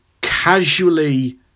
Casually